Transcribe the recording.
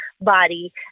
body